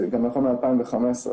זה נכון גם ל-2015,